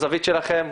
בזווית שלכם,